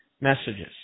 messages